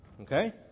Okay